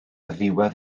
ddiwedd